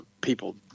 people